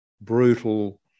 brutal